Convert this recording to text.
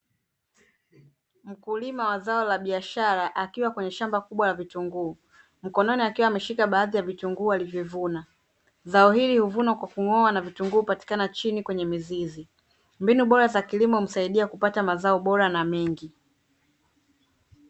Mkulima wa zao la biashara akiwa kwenye shamba kubwa la vitunguu, mkononi akiwa ameshika baadhi ya vitunguu alivyovuna. Zao hili huvunwa kwa kung'oa, na vitunguu hupatikana chini kwenye mizizi. Mbinu bora za kilimo husaidia kupata mazao bora na mengi.